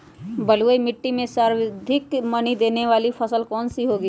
बलुई मिट्टी में सर्वाधिक मनी देने वाली फसल कौन सी होंगी?